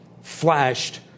flashed